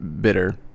Bitter